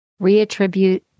reattribute